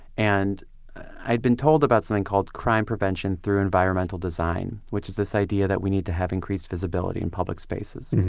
and i had been told about something called crime prevention through environmental design, which is this idea that we need to have increased visibility in public spaces.